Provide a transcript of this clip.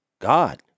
God